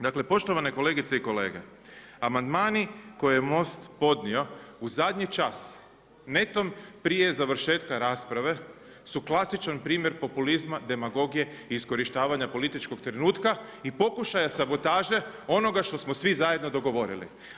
Dakle, poštovane kolegice i kolege, amandmani koje je Most podnio u zadnji čas, netom prije završetka rasprave, su klasičan primjer populizma, demagogije i iskorištavanje političkog trenutka i pokušaja sabotaže onoga što smo svi zajedno dogovorili.